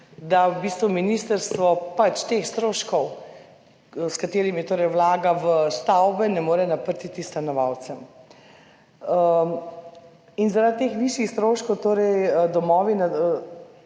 da v bistvu ministrstvo teh stroškov, s katerimi vlaga v stavbe, ne more naprtiti stanovalcem. Zaradi višjih stroškov domovi